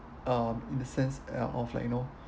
um in the sense uh of like you know